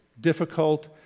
difficult